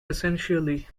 essentially